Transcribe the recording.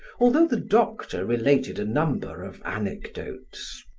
although the doctor related a number of anecdotes.